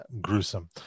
gruesome